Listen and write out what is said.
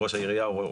לראש העירייה.